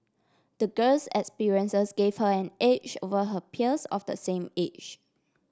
the girl's experiences gave her an edge over her peers of the same age